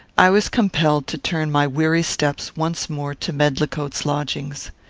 i was compelled to turn my weary steps once more to medlicote's lodgings.